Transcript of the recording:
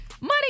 money